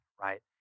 right